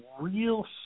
real